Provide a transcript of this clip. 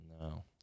No